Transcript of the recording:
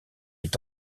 est